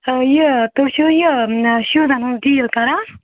آ یہِ تُہۍ چھِو یہِ شوٗڈَن ہُنٛد ڈیٖل کَران